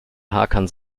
hakan